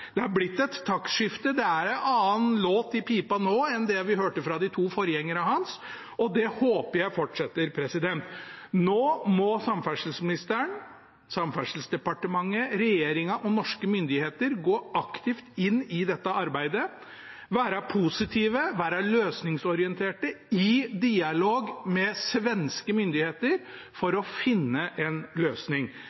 Det har blitt et taktskifte. Det er en annen låt i pipa nå enn det vi hørte fra de to forgjengerne hans. Det håper jeg fortsetter. Nå må samferdselsministeren, Samferdselsdepartementet, regjeringen og norske myndigheter gå aktivt inn i dette arbeidet, være positive, være løsningsorienterte i dialog med svenske myndigheter for